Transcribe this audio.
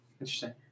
Interesting